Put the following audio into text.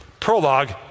Prologue